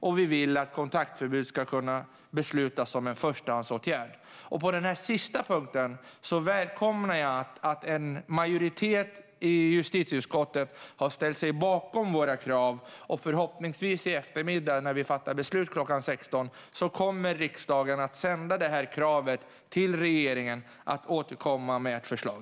Vi vill också att kontaktförbud ska kunna beslutas som en förstahandsåtgärd. På den sista punkten välkomnar jag att en majoritet i justitieutskottet har ställt sig bakom våra krav. Förhoppningsvis kommer riksdagen när vi fattar beslut i eftermiddag klockan 16 att sända kravet till regeringen på att den ska återkomma med ett förslag.